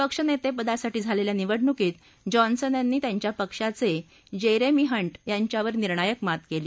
पक्षनेतेपदासाठी झालेल्या निवडणुकीत जॉन्सन यांनी त्यांच्या पक्षाचे जेरेमी हंट यांच्यावर निर्णायक मात केली